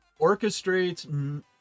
orchestrates